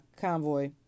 convoy